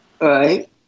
Right